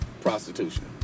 prostitution